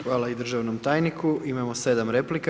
Hvala i državnom tajniku, imamo 7 replika.